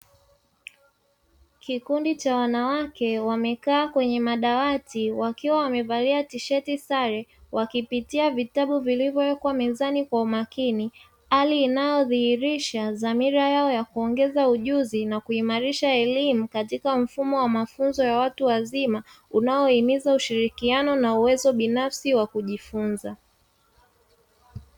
Kikundi cha wanawake wamekaa kwenye madawati wakiwa wamevalia tisheti sare wakipitia vitabu vilivyoekwa mezani kwa umakini, hali inayodhihirisha dhamira yao ya kuongeza ujuzi na kuimarisha elimu katika mfumo wa mafunzo ya watu wazima unaohimiza ushirikiano na uwezo binafsi wa kujifunza.